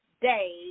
Day